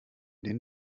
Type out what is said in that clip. den